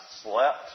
slept